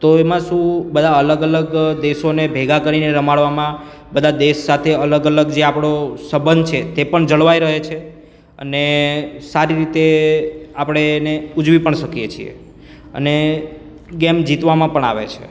તો એમાં શું બધા અલગ અલગ દેશોને ભેગા કરીને રમાડવામાં બધા દેશ સાથે અલગ અલગ જે આપણો સંબંધ છે તે પણ જળવાઈ રહે છે અને સારી રીતે આપણે એને ઉજવી પણ શકીએ છીએ અને ગેમ જીતવામાં પણ આવે છે